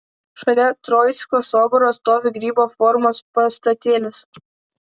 šalia troickio soboro stovi grybo formos pastatėlis